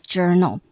Journal